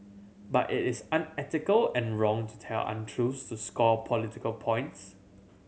but it is unethical and wrong to tell untruths to score political points